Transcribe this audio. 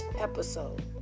episode